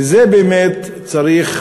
לזה באמת צריך